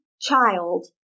child